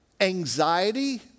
anxiety